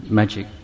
magic